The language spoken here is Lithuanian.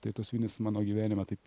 tai tos vinys mano gyvenime taip